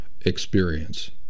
experience